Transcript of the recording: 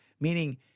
Meaning